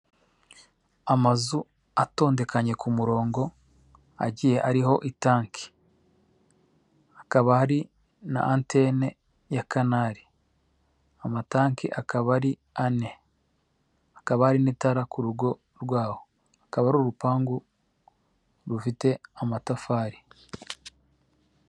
Amazu atondekanye ku murongo agiye ariho itanki. Hakaba hari na antene ya canalt. Amatanki akaba ari ane. Hakaba hari n'itara ku rugo rwaho. Akaba ari urupangu rufite amatafari.